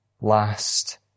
last